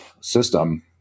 system